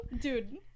Dude